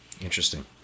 Interesting